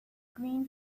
green